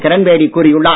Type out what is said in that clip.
கிரண் பேடி கூறியுள்ளார்